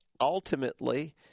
ultimately